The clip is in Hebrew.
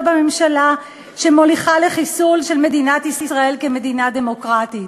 בממשלה שמוליכה לחיסולה של מדינת ישראל כמדינה דמוקרטית?